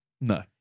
No